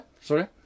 sorry